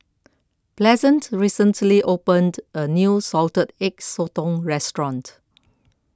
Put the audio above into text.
Pleasant recently opened a new Salted Egg Sotong restaurant